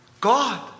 God